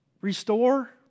restore